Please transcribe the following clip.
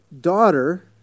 Daughter